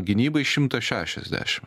gynybai šimtas šešiasdešim